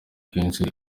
akenshi